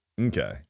Okay